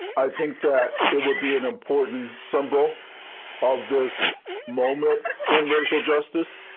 i think that it would be an important symbol of this moment in racial justice.